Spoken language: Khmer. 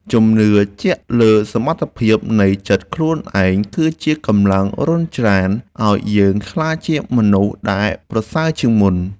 ជំនឿជាក់លើសមត្ថភាពនៃចិត្តខ្លួនឯងគឺជាកម្លាំងរុញច្រានឱ្យយើងចង់ក្លាយជាមនុស្សដែលប្រសើរជាងមុន។